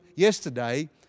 yesterday